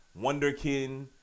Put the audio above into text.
wonderkin